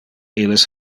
illes